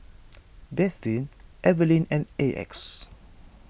Bethzy Eveline and Exa